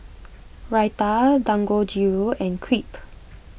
Raita Dangojiru and Crepe